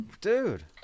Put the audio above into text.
Dude